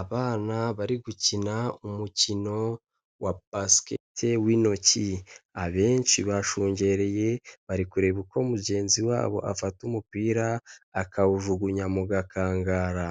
Abana bari gukina umukino wa basikete w'intoki, abenshi bashungereye bari kureba uko mugenzi wabo afata umupira akawujugunya mu gakangara,